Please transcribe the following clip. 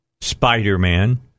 Spider-Man